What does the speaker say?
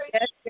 Yes